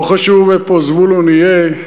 לא חשוב איפה זבולון יהיה.